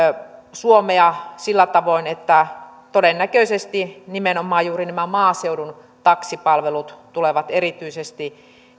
suomea erityisesti sillä tavoin että todennäköisesti nimenomaan juuri maaseudun taksipalvelut tulevat erityisesti